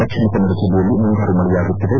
ದಕ್ಷಿಣ ಕನ್ನಡ ಜಿಲ್ಲೆಯಲ್ಲಿ ಮುಂಗಾರು ಮಳೆಯಾಗುತ್ತಿದೆ